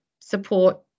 support